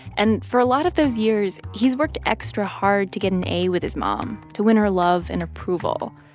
and for a lot of those years, he's worked extra hard to get an a with his mom, to win her love and approval.